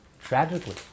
tragically